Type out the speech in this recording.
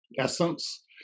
essence